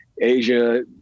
Asia